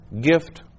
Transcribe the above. gift